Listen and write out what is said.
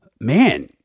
man